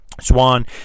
Swan